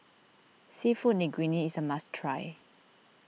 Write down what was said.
Seafood Linguine is a must try